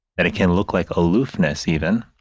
that it can look like aloofness, even,